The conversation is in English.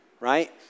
right